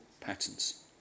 patterns